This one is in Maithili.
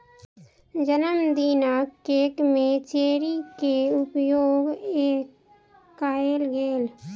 जनमदिनक केक में चेरी के उपयोग कएल गेल